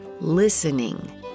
listening